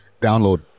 Download